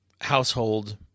household